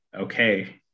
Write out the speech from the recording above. okay